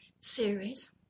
Series